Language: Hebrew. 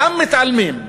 גם מתעלמים,